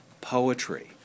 poetry